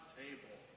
table